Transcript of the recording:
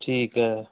ਠੀਕ ਐ